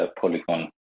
Polygon